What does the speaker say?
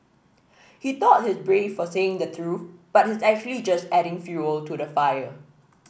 he thought he's brave for saying the truth but he's actually just adding fuel to the fire